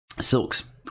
silks